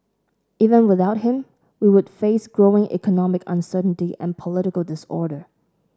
even without him we would face growing economic uncertainty and political disorder